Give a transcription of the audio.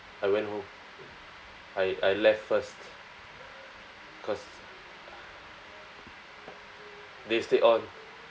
I went home I I left first because they stayed on